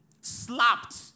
slapped